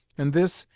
and this,